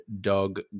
Dog